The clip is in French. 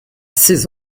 seize